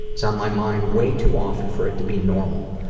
it's on my mind way too often for it to be normal.